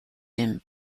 him